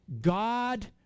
God